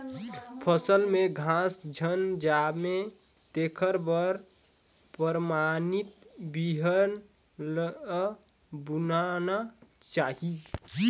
फसल में घास झन जामे तेखर बर परमानित बिहन ल बुनना चाही